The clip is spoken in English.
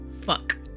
fuck